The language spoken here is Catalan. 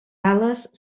ales